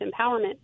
empowerment